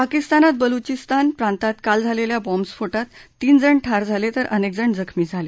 पाकिस्तानात बलुचिस्तान प्रांतात काल झालेल्या बॉम्ब स्फोटात तीन जण ठार झाले तर अनेक जण जखमी झाले